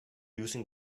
using